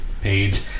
page